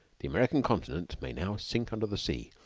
the american continent may now sink under the sea,